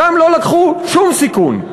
שם לא לקחו שום סיכון.